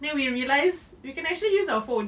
then we realised we can actually use our phones